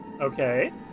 Okay